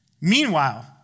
Meanwhile